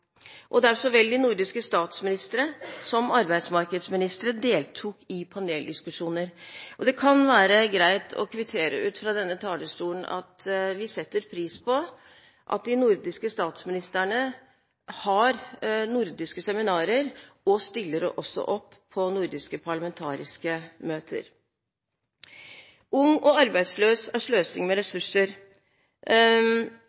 og der de nordiske statsministrene så vel som de nordiske arbeidsmarkedsministrene deltok i paneldiskusjoner. Det kan være greit å kvittere ut fra denne talerstolen at vi setter pris på at de nordiske statsministrene har nordiske seminarer og også stiller opp på nordiske parlamentariske møter. Ung og arbeidsløs er sløsing med